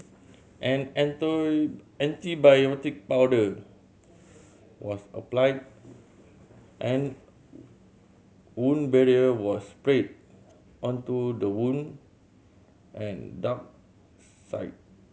an antibiotic powder was applied and wound barrier was sprayed onto the wound and dart site